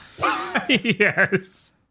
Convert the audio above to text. Yes